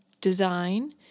design